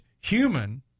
human